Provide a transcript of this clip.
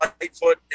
Lightfoot